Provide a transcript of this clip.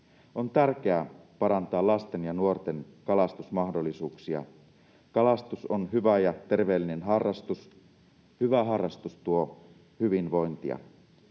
On tärkeää parantaa lasten ja nuorten kalastusmahdollisuuksia. Kalastus on hyvä ja terveellinen harrastus. Hyvä harrastus tuo hyvinvointia.